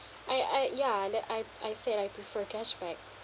I I ya that I I said I prefer cashback